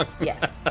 Yes